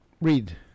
Read